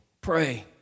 Pray